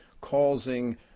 causing